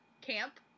camp